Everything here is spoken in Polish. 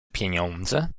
pieniądze